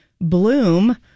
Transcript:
Bloom